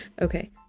Okay